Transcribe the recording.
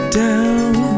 down